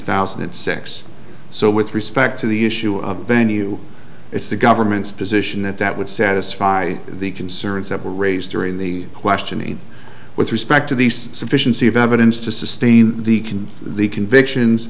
thousand and six so with respect to the issue of venue it's the government's position that that would satisfy the concerns that were raised during the questioning with respect to the sufficiency of evidence to sustain the can the convictions